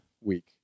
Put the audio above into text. week